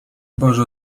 boże